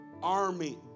army